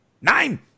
Nine